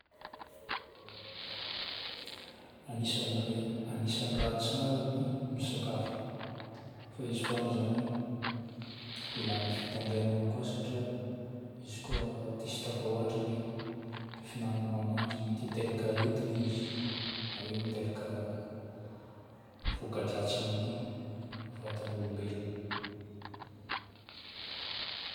Agnisan'ny r- agnisan'ny raha tsara ny misakafo fôgna zagny ilagna fitandremagna koa satria izy koa diso tafahoatra le fihinananao ananjy mety hiteraka aretigna izy na hoe mety hiteraka voka-dratsy amin'ny vatagn'olombelogno.